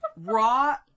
raw